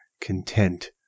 content